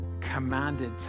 commanded